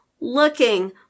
looking